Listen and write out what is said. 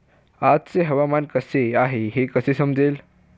आजचे हवामान कसे आहे हे कसे समजेल?